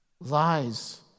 Lies